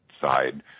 side